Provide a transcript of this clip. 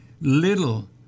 little